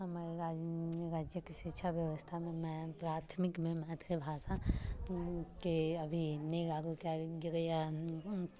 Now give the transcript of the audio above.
हमर राज्य राज्यके शिक्षा व्यवस्थामे प्राथमिकमे मैथिली भाषाके अभी नहि लागू कयल गेलैया